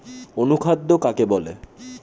অনুখাদ্য কাকে বলে?